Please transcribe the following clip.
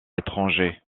étrangers